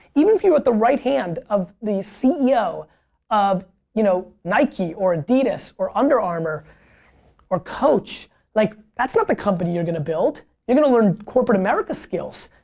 even if you're at the right hand of the ceo of you know nike or adidas or under armour or coach like that's not the company that you're going to build. you're going to learn corporate america skills.